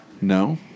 No